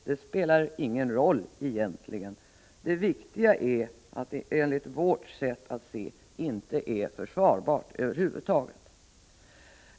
Det spelar i själva verket ingen roll, det viktiga är att det enligt vårt sätt att se över huvud taget inte är försvarbart.